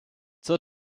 zur